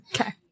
Okay